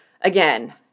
again